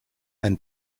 ein